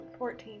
14